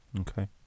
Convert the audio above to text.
Okay